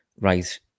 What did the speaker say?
right